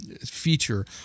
feature